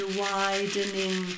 widening